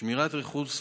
שמירת ריחוק פיזי,